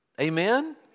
Amen